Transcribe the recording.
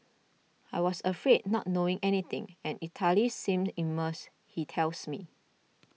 I was afraid not knowing anything and Italy seemed immense he tells me